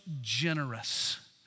generous